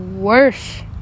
worse